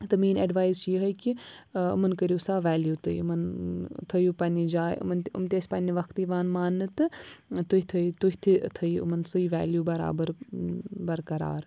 تہٕ میٛٲنۍ اٮ۪ڈوایِس چھِ یِہوٚے کہِ یِمَن کٔرِو سا ویلیوٗ تُہۍ یِمَن تھٲیِو پنٛنہِ جاے یِمَن تہِ یِم تہِ ٲسۍ پنٛنہِ وَقتہٕ یِوان مانٛنہٕ تہٕ تُہۍ تھٲیِو تُہۍ تہِ تھٲیِو یِمَن سُے ویلیوٗ بَرابَر بَرقرار